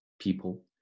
people